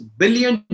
billion